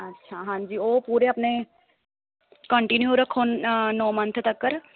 ਅੱਛਾ ਹਾਂਜੀ ਉਹ ਪੂਰੇ ਆਪਣੇ ਕੰਟੀਨਿਊ ਰੱਖੋ ਨੌ ਮੰਥ ਤੱਕ